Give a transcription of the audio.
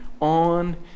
on